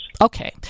Okay